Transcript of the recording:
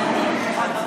חבר הכנסת קרעי, שנייה.